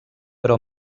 però